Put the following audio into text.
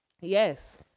Yes